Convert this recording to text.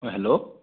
hello